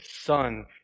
son